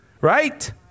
right